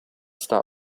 stopped